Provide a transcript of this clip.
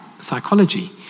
psychology